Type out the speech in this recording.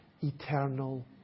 eternal